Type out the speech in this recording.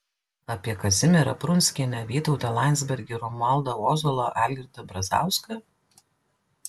apie kazimierą prunskienę vytautą landsbergį romualdą ozolą algirdą brazauską